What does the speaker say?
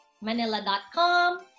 Manila.com